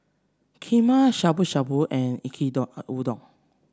Kheema Shabu Shabu and Yaki Udon